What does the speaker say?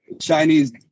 Chinese